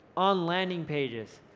on landing pages.